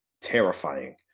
terrifying